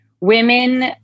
women